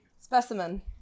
Specimen